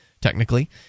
technically